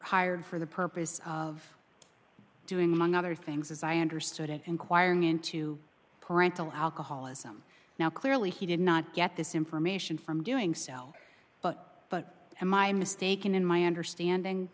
hired for the purpose of doing other things as i understood it inquiring into parental alcoholism now clearly he did not get this information from doing so well but but am i mistaken in my understanding